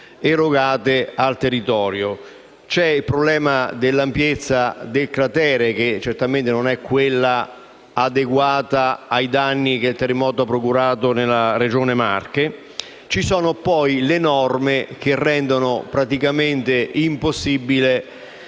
erogate al territorio; c'è il problema dell'ampiezza del cratere, che certamente non è adeguata a includere i danni che il terremoto ha procurato nella Regione Marche; ci sono, poi, le norme che rendono praticamente impossibile